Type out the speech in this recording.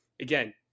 again